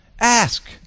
Ask